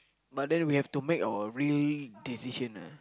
but then we have to make our real decision lah